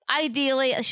ideally